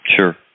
Sure